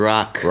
Rock